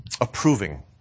approving